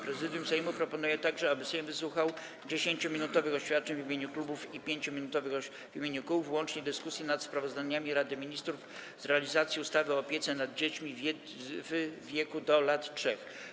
Prezydium Sejmu proponuje także, aby Sejm wysłuchał 10-minutowych oświadczeń w imieniu klubów i 5-minutowych w imieniu kół w łącznej dyskusji nad sprawozdaniami Rady Ministrów z realizacji ustawy o opiece nad dziećmi w wieku do lat 3.